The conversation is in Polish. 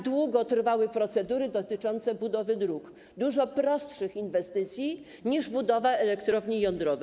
Tak długo trwały procedury dotyczące budowy dróg, dużo prostszych inwestycji niż budowa elektrowni jądrowej.